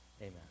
amen